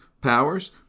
powers